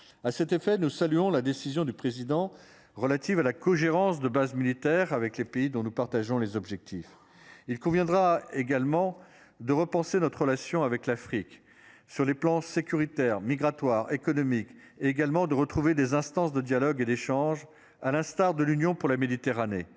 à cet effet, nous saluons la décision du président. Relatives à la cogérance de bases militaires avec les pays dont nous partageons les objectifs. Il conviendra également de repenser notre relation avec l'Afrique sur les plans sécuritaire migratoire économique également de retrouver des instances de dialogue et d'échange. À l'instar de l'Union pour la Méditerranée.